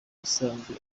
isanzwe